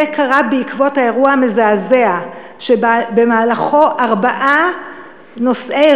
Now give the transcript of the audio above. זה קרה בעקבות האירוע המזעזע שבמהלכו ארבעה נוסעי